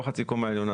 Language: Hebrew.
לא חצי קומה עליונה,